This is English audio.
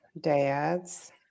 dads